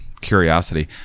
Curiosity